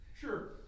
Sure